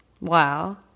Wow